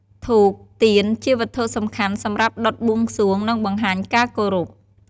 ធូប ទៀន ជាវត្ថុសំខាន់សម្រាប់ដុតបួងសួង និងបង្ហាញការគោរព។